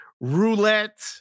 roulette